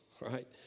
right